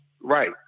right